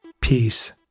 peace